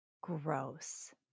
Gross